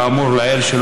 כאמור לעיל,